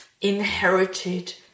inherited